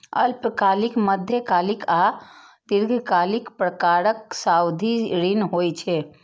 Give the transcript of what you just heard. अल्पकालिक, मध्यकालिक आ दीर्घकालिक प्रकारक सावधि ऋण होइ छै